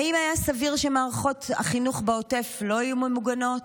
האם היה סביר שמערכות החינוך בעוטף לא יהיו ממוגנות?